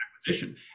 acquisition